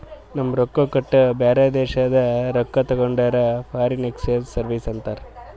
ನಮ್ ರೊಕ್ಕಾ ಕೊಟ್ಟು ಬ್ಯಾರೆ ದೇಶಾದು ರೊಕ್ಕಾ ತಗೊಂಡುರ್ ಫಾರಿನ್ ಎಕ್ಸ್ಚೇಂಜ್ ಸರ್ವೀಸ್ ಅಂತಾರ್